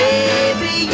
Baby